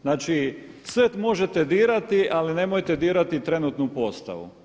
Znači, sve možete dirati ali nemojte dirati trenutnu postavu.